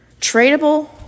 tradable